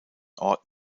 ort